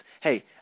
hey